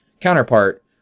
counterpart